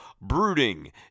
brooding